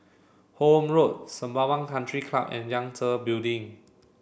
Horne Road Sembawang Country Club and Yangtze Building